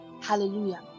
Hallelujah